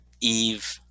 eve